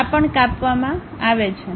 આ પણ કાપવામાં આવે છે